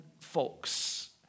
folks